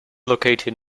located